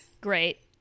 great